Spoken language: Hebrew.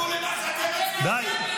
יש גבול למה שאתם מצדיקים.